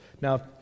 now